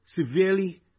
severely